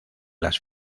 las